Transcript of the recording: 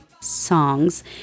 songs